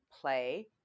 play